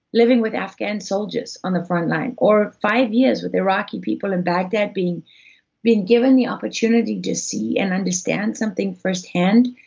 living with afghan soldiers on the frontline. or, five years with iraqi people in baghdad, being being given the opportunity to see and understand something first hand.